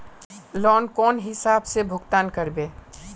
Loan कौन हिसाब से भुगतान करबे?